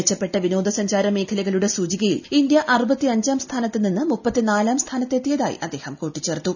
മെച്ചപ്പെട്ട വിനോദസഞ്ചാര മേഖലകളുടെ സൂചികയിൽ ഇന്ത്യ അറുപത്തിയഞ്ചാം സ്ഥാനത്തുനിന്ന് മുപ്പത്തിനാലാം സ്ഥാനത്തെത്തിയതായി അദ്ദേഹം കൂട്ടിച്ചേർത്തു